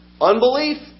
Unbelief